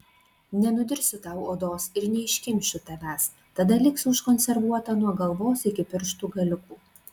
nenudirsiu tau odos ir neiškimšiu tavęs tada liksi užkonservuota nuo galvos iki pirštų galiukų